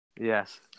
Yes